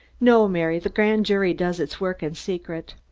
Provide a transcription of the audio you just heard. no, mary, the grand jury does its work in secret.